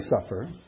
suffer